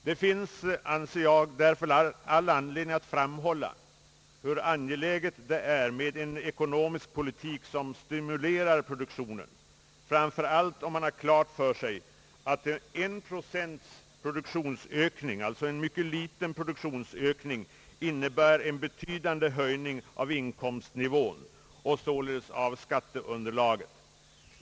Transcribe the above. Det finns därför all anledning att framhålla hur angeläget det är med en ekonomisk politik som stimulerar pro duktionen, framför allt om man har klart för sig att en relativt liten produktionsökning medför en betydande höjning av inkomstnivån och således av skatteunderlaget.